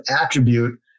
attribute